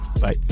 bye